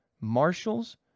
marshals